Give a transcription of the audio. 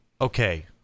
Okay